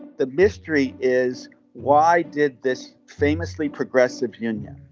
the mystery is why did this famously progressive union,